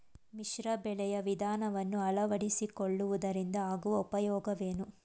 ಮಿಶ್ರ ಬೆಳೆಯ ವಿಧಾನವನ್ನು ಆಳವಡಿಸಿಕೊಳ್ಳುವುದರಿಂದ ಆಗುವ ಉಪಯೋಗವೇನು?